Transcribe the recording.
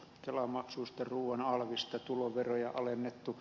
kelamaksusta ruuan alvista tuloveroja on alennettu